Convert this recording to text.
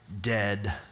dead